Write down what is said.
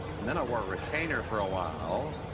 and then i wore a retainer for awhile.